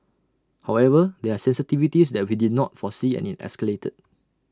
however there are sensitivities that we did not foresee and IT escalated